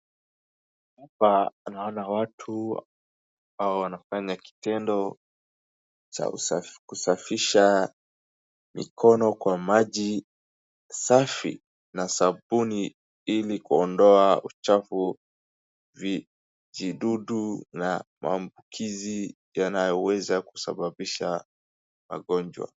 Hapa naona watu ambao wanafanya kitendo cha usafi , kusafisha mikono kwa maji safi na sabuni ili kuondoa uchafu , vijidudu na maambukizi yanayoweza kusababisha magonjwa .